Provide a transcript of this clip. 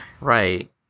Right